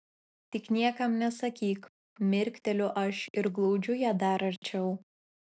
tik niekam nesakyk mirkteliu aš ir glaudžiu ją dar arčiau